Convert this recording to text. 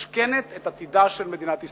ממשכנת את עתידה של מדינת ישראל.